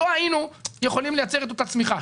לא היינו יכולים לייצר את אותה צמיחה.